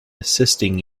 assisting